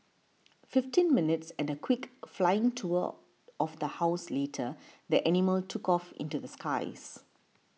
fifteen minutes and a quick flying tour of the house later the animal took off into the skies